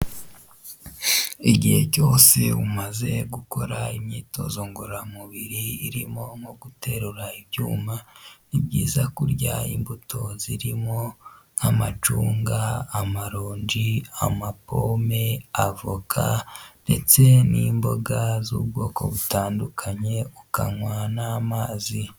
Igihe cyose umaze gukora imyitozo ngororamubiri irimo nko guterura ibyuma ni byizayiza kurya imbuto zirimo nk'amacunga, amarongi, ama pome avoka ndetse n'imboga z'ubwoko butandukanye ukanywa n'amazi.